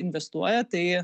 investuoja tai